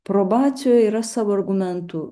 probacijo yra savo argumentų